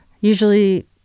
usually